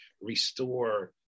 restore